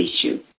issue